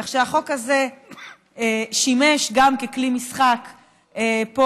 כך שהחוק הזה שימש גם ככלי משחק פה